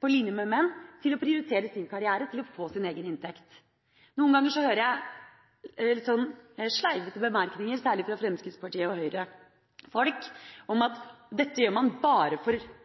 på linje med menn, til å prioritere sin karriere, og til å få sin egen inntekt. Noen ganger hører jeg litt sleivete bemerkninger, særlig fra Fremskrittsparti- og Høyre-folk, om at dette gjør man bare for